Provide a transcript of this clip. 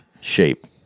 shape